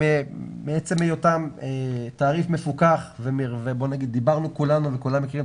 מעצם היותם בתעריף מפוקח וכולנו מכירים